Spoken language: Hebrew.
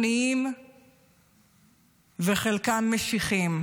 פתאום זה נראה כמו משהו ממש פעוט,